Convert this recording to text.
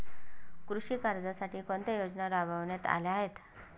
कृषी कर्जासाठी कोणत्या योजना राबविण्यात आल्या आहेत?